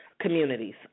communities